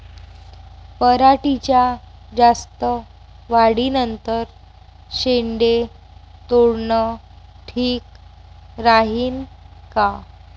पराटीच्या जास्त वाढी नंतर शेंडे तोडनं ठीक राहीन का?